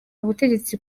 ubutegetsi